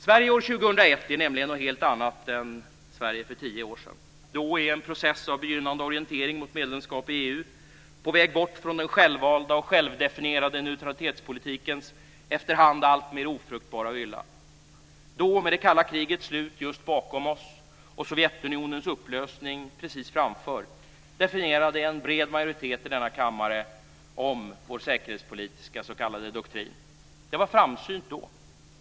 Sverige år 2001 är nämligen något helt annat än Sverige för tio år sedan. Då - i en process av begynnande orientering mot medlemskap i EU - på väg bort från den självvalda och självdefinierade neutralitetspolitikens efterhand alltmer ofruktbara mylla. Då - med det kalla krigets slut just bakom oss och Sovjetunionens upplösning precis framför - definierade en bred majoritet i denna kammare om vår säkerhetspolitiska s.k. doktrin. Det var framsynt då.